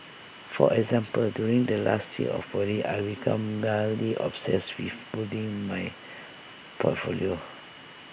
for example during the last year of poly I became mildly obsessed with building my portfolio